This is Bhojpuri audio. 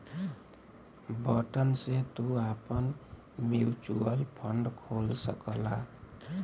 बटन से तू आपन म्युचुअल फ़ंड खोल सकला